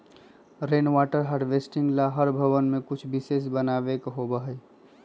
rain water harvesting ला हर भवन में कुछ विशेष बनावे के होबा हई